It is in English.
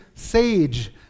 sage